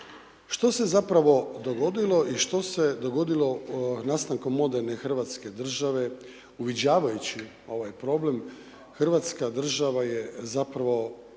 Što se zapravo dogodilo i što se dogodilo nastankom moderne Hrvatske države i uviđajući ovaj problem Hrvatska država je zapravo